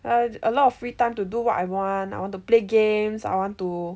err a lot of free time to do what I want I want to play games I want to